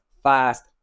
fast